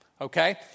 Okay